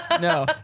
No